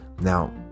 Now